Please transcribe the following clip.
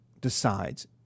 decides